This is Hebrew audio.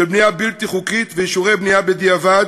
בנייה בלתי חוקית ואישורי בנייה בדיעבד,